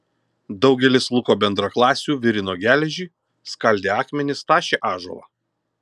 daugelis luko bendraklasių virino geležį skaldė akmenis tašė ąžuolą